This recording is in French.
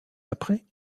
après